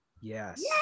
Yes